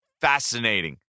fascinating